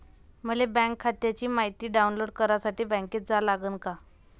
मले बँक खात्याची मायती डाऊनलोड करासाठी बँकेत जा लागन का?